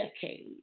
decade